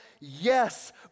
Yes